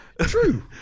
true